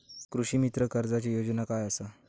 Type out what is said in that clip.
कृषीमित्र कर्जाची योजना काय असा?